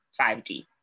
5d